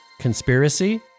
conspiracy